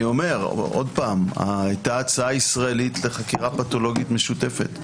היתה ישראלית לחקירה פתולוגית משותפת.